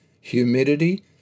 humidity